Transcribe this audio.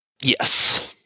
Yes